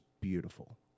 beautiful